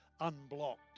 unblocked